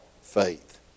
Faith